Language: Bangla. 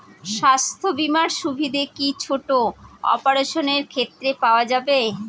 স্বাস্থ্য বীমার সুবিধে কি ছোট অপারেশনের ক্ষেত্রে পাওয়া যাবে?